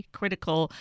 critical